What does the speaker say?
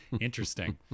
Interesting